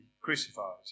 crucified